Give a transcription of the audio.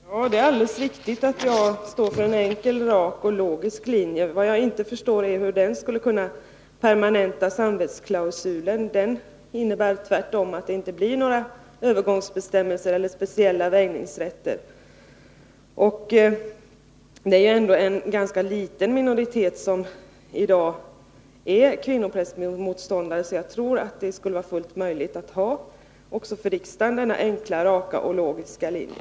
Herr talman! Det är alldeles riktigt att jag är för en enkel, rak och logisk linje. Vad jag inte förstår är hur den skulle kunna permanenta samvetsklausulen. Den innebär tvärtom att det inte blir några övergångsbestämmelser eller speciella väjningsrätter. Det är ändå en ganska liten minoritet som i dag är kvinnoprästmotståndare. Jag tror därför att det vore fullt möjligt också för riksdagen att följa denna enkla, raka och logiska linje.